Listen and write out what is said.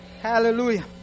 hallelujah